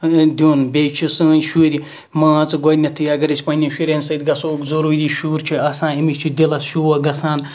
دیُن بییٚہِ چھِ سٲنۍ شُرۍ مان ژٕ گۄڈنیتھے اَگَر أسھ گۄڈنیتھے پَننٮ۪ن شُرٮ۪ن سۭتۍ گَژھو ضوٚروٗری شُر چھُ آسان أمِس چھُ دِلَس شوق گَسان